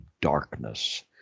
darkness